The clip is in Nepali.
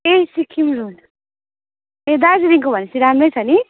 ए सिक्किम ए दार्जिलिङको भनेपछि राम्रै छ नि